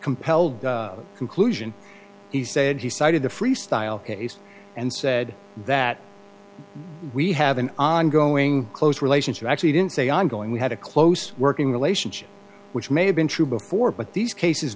compelled conclusion he said he cited the freestyle case and said that we have an ongoing close relationship actually didn't say ongoing we had a close working relationship which may have been true before but these cases